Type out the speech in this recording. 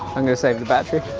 i'm gonna save the battery